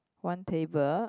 one table